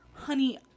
Honey